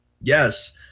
yes